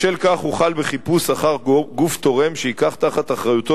בשל כך הוחל בחיפוש אחר גוף תורם שייקח תחת אחריותו